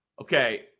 Okay